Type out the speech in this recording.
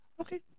Okay